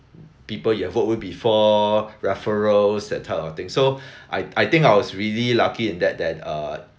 people you have worked with before referrals that types of thing so I I think I was really lucky in that that uh